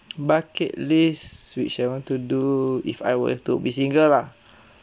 bucket list which I want to do if I were to be single lah